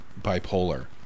bipolar